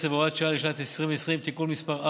10 והוראת שעה לשנת 2020) (תיקון מס' 4),